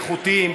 איכותיים,